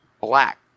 black